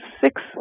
six